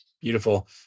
Beautiful